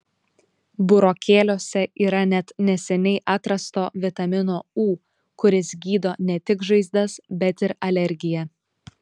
burokėliuose yra net neseniai atrasto vitamino u kuris gydo ne tik žaizdas bet ir alergiją